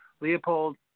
Leopold